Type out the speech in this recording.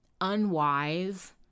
unwise